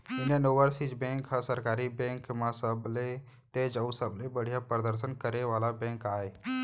Indian Overseas Bank ह सरकारी bank म सबले तेज अउ सबले बड़िहा परदसन करे वाला बेंक आय